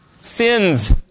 Sins